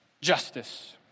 justice